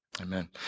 Amen